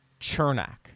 Chernak